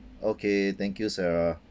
okay thank you sarah